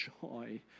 joy